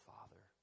Father